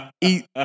eat